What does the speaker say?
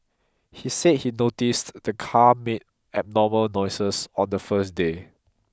he said he noticed the car made abnormal noises on the first day